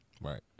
right